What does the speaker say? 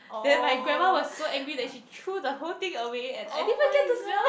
then my grandma was so angry that she threw the whole thing away and I didn't even get to smell it